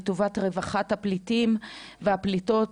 לטובת רווחת הפליטים והפליטות,